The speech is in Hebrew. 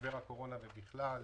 ובמשבר הקורונה בפרט,